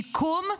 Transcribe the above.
שיקום,